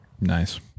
Nice